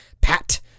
Pat